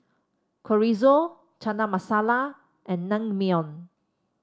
Chorizo Chana Masala and Naengmyeon